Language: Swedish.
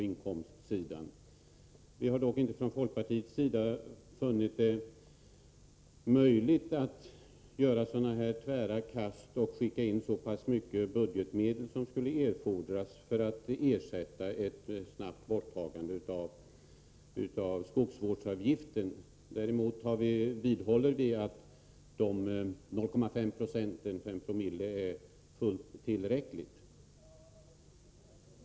Vi har dock inte från folkpartiet funnit det möjligt att göra så tvära kast som behövs för att föra över så mycket budgetmedel som skulle erfordras för att ersätta ett snabbt borttagande av skogsvårdsavgiften. Däremot vidhåller vi att 0,5 96 är fullt tillräckligt.